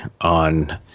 on